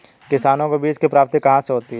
किसानों को बीज की प्राप्ति कहाँ से होती है?